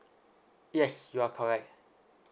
yes you are correct